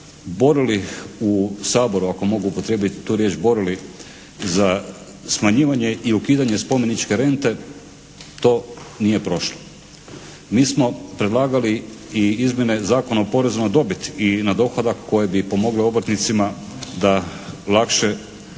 borili u Saboru ako mogu upotrijebiti tu riječ borili za smanjivanje i ukidanje spomeničke rente. To nije prošlo. Mi smo predlagali i izmjene Zakona o porezu na dobit i na dohodak koje bi pomogle obrtnicima da lakše i